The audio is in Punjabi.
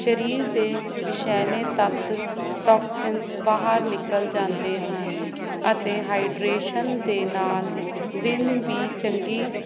ਸਰੀਰ ਦੇ ਵਿਛੈਲੇ ਤੱਤ ਟੋਕਸਿਨ ਨਿਕਲ ਜਾਂਦੇ ਹਨ ਅਤੇ ਹਾਈਡਰੇਸ਼ਨ ਦੇ ਨਾਲ ਦਿਨ ਵੀ ਚੰਗੀ ਦਿਨ ਦੀ ਚੰਗੀ